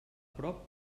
prop